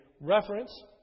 reference